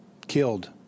killed